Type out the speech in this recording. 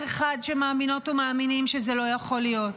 אחד שמאמינות או מאמינים שזה לא יכול להיות.